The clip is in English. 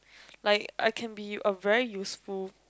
like I can a very useful